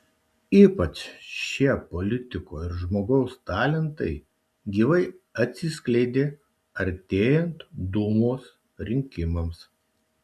ypač šie politiko ir žmogaus talentai gyvai atsiskleidė artėjant dūmos rinkimams